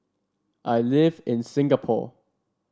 I live in Singapore